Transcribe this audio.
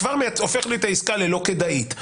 כדי להפוך את העסקה ללא כדאית.